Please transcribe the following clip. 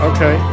Okay